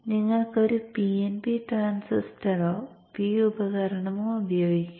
നിങ്ങൾക്ക് ഒരു PNP ട്രാൻസിസ്റ്ററോ P ഉപകരണമോ ഉപയോഗിക്കാം